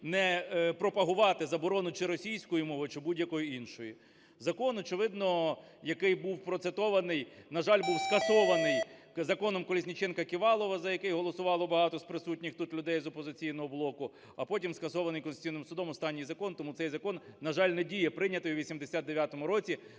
не пропагувати заборону чи російської мови, чи будь-якої іншої. Закон, очевидно, який був процитований, на жаль, був скасований "Законом Колесніченка-Ківалова", за який голосувало багато з присутніх тут людей з "Опозиційного блоку", а потім скасований Конституційним Судом, останній закон, тому цей закон, на жаль, не діє, прийнятий у 89-му році,